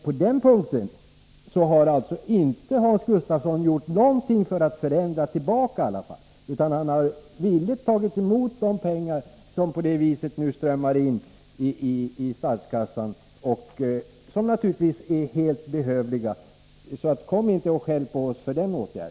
På denna punkt har emellertid Hans Gustafsson inte gjort någonting för att genomföra en förändring, tillbaka till de förhållanden som rådde före 1976, utan han har villigt tagit emot de pengar som i detta fall strömmar in i statskassan och som naturligtvis väl behövs. Så kom inte och skäll på oss för denna åtgärd.